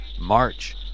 March